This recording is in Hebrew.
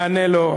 אני אענה לו,